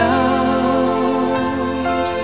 out